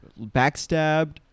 backstabbed